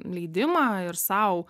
leidimą ir sau